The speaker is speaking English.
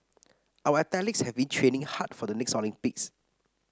our athletes have been training hard for the next Olympics